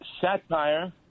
satire